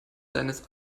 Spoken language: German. seines